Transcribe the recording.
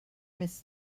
miss